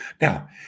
Now